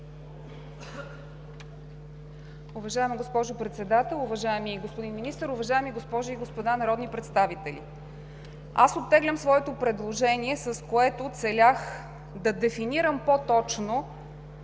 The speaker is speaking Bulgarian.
Уважаема госпожо Председател, уважаеми господин Министър, уважаеми госпожи и господа народни представители! Оттеглям своето предложение, с което целях да дефинирам по-точно